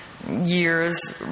Years